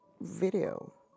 video